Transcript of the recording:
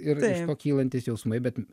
ir iš to kylantys jausmai bet